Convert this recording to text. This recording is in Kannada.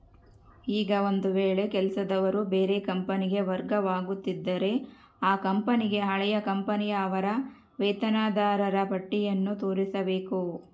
ಈಗ ಒಂದು ವೇಳೆ ಕೆಲಸದವರು ಬೇರೆ ಕಂಪನಿಗೆ ವರ್ಗವಾಗುತ್ತಿದ್ದರೆ ಆ ಕಂಪನಿಗೆ ಹಳೆಯ ಕಂಪನಿಯ ಅವರ ವೇತನದಾರರ ಪಟ್ಟಿಯನ್ನು ತೋರಿಸಬೇಕು